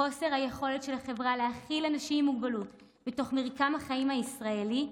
חוסר היכולת של החברה להכיל אנשים עם מוגבלות בתוך מרקם החיים הישראלי,